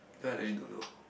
then I legit don't know